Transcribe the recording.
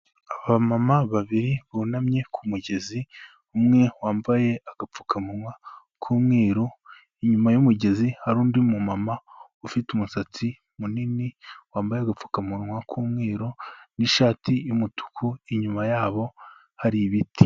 Abamama babiri bunamye ku mugezi, umwe wambaye agapfukamunwa k'umweru, inyuma y'umugezi hari undi mumama ufite umusatsi munini wambaye agapfukamunwa k'umweru n'ishati y'umutuku, inyuma yabo hari ibiti.